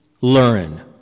learn